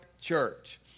Church